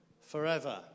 forever